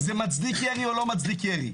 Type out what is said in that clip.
זה מצדיק ירי או לא מצדיק ירי?